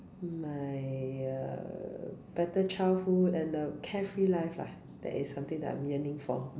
my uh better childhood and a carefree life lah that is something that I'm yearning for mm